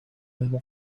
بهم